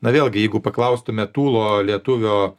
na vėlgi jeigu paklaustume tūlo lietuvio